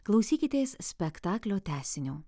klausykitės spektaklio tęsinio